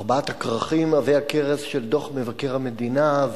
ארבעת הכרכים עבי הכרס של דוח מבקר המדינה,